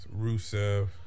Rusev